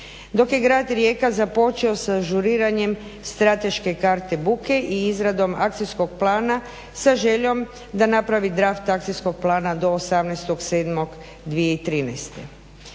dok je grad Rijeka započeo sa ažuriranjem strateške karte buke i izradom akcijskog plana sa željom da napravi draft akcijskog plana do 18.7.2013.